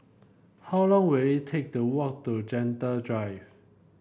how long will it take to walk to Gentle Drive